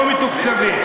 כן, כן, אתם לא מתוקצבים.